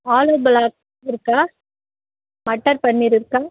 ஆலு பலாக் இருக்கா மட்டர் பன்னீர் இருக்கா